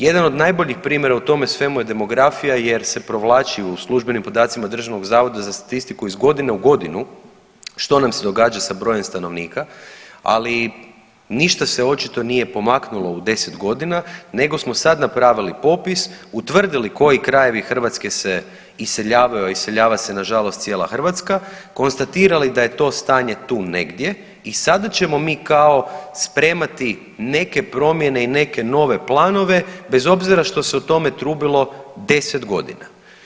Jedan od najboljih primjera u tome svemu je demografija jer se provlači u službenim podacima Državnog zavoda za statistiku iz godine u godinu što nam se događa sa brojem stanovnika, ali ništa se očito nije pomaknulo u 10 godina nego smo sad napravili popis, utvrdili koji krajevi Hrvatske se iseljavaju, a iseljava se nažalost cijela Hrvatska, konstatirali da je to stanje tu negdje i sada ćemo mi kao spremati neke promjene i neke nove planove bez obzira što se o tome trubilo 10 godina.